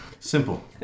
Simple